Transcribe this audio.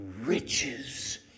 riches